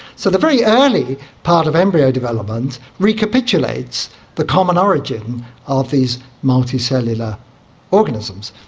so the very early part of embryo development recapitulates the common origin of these multicellular organisms.